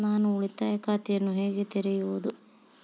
ನಾನು ಉಳಿತಾಯ ಖಾತೆಯನ್ನು ಹೇಗೆ ತೆರೆಯುವುದು?